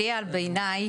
עלייה בעיני,